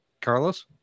Carlos